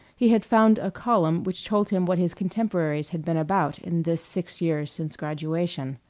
he had found a column which told him what his contemporaries had been about in this six years since graduation.